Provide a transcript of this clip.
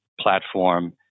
platform